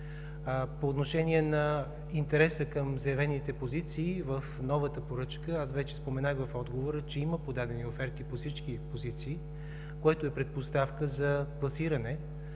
По отношение на интереса към заявените позиции в новата поръчка аз вече споменах в отговора, че има подадени оферти по всички позиции, което е предпоставка за класиране